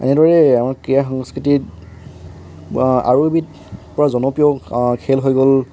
এনেদৰেই আমাৰ ক্ৰীড়া সংস্কৃতিত আৰু এবিধ পূৰা জনপ্ৰিয় খেল হৈ গ'ল